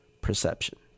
perception